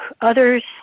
others